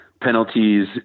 penalties